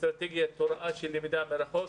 אסטרטגיית הוראה של למידה מרחוק.